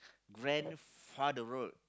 grandfather road